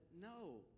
no